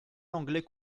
l’anglais